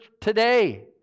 today